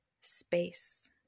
space